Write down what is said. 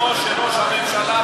כמו שראש הממשלה,